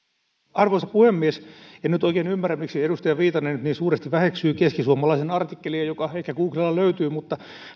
arvoisa puhemies en nyt oikein ymmärrä miksi edustaja viitanen niin suuresti väheksyy keskisuomalaisen artikkelia joka ehkä googlella löytyy mutta